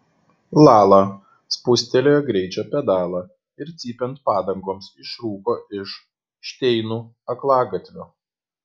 lala spustelėjo greičio pedalą ir cypiant padangoms išrūko iš šteinų aklagatvio